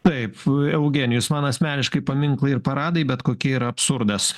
taip eugenijus man asmeniškai paminklai ir paradai bet kokie yra absurdas